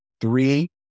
three